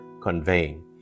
conveying